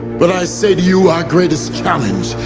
but i say to you our greatest challenge,